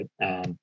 right